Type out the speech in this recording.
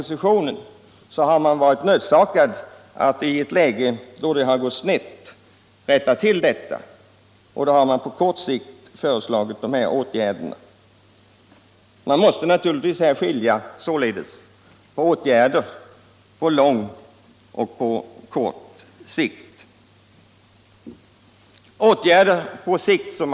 Oppositionen har varit nödsakad att försöka rätta till saker och ting i ett läge där det redan gått snett. Då har vi på kort sikt föreslagit eller biträtt sådana åtgärder. Man måste således skilja mellan åtgärder på lång sikt och åtgärder på kort sikt.